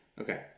Okay